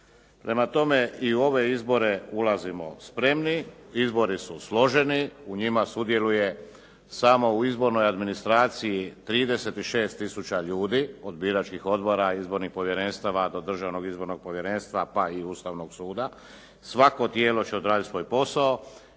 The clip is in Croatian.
Prema tome, i u ove izbor ulazim spremni, izbori su složeni. U njima sudjeluje, samo u izbornoj administraciji 36 tisuća ljudi od biračkih odbora, izbornih povjerenstava do državnog izbornog povjerenstva, pa i Ustavnog suda. Svako tijelo će odraditi svoj posao.